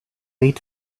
eat